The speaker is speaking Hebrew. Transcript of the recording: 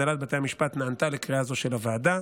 הנהלת בתי המשפט נענתה לקריאה זו של הוועדה.